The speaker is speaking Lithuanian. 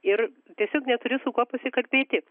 ir tiesiog neturiu su kuo pasikalbėti